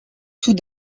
tout